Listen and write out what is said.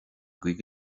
agaibh